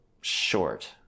short